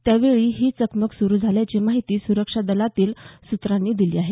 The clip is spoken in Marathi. त्यावेळी ही चकमक सुरू झाल्याची माहिती सुरक्षादलातील सुत्रांनी दिली आहे